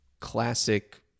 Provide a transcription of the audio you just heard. classic